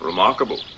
Remarkable